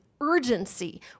urgency